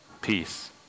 Peace